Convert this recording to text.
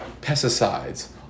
pesticides